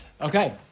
Okay